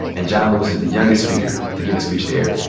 and john lewis is the youngest speaker to give a speech there.